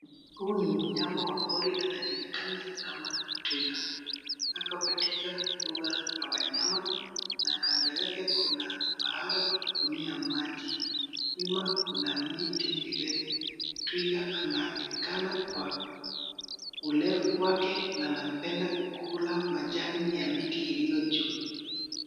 Huu ni myama wa pori anajulikana kama twiga. Ako katika mbuga la wanyama na kando yake kuna mahali pa kunyia maji. Nyuma kuna miti mirefu. Twiga anajulikana kwa urefu wake na anapenda kukula majani ya miti iliyo juu.